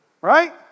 Right